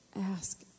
ask